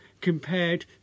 compared